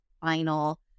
final